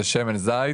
זה שמן זית,